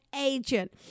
agent